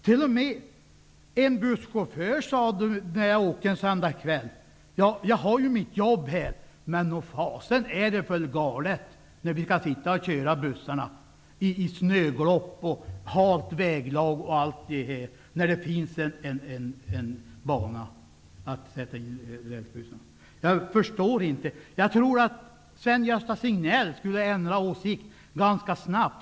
T.o.m. sade en busschaufför en gång: Jag har mitt jobb här, men det är för fasen galet att vi skall köra bussarna i snöglopp och i halt väglag när det finns en bana för rälsbussar. Jag tror att Sven-Gösta Signell ganska snart skulle ändra åsikt om han åkte buss där någon gång.